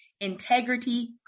integrity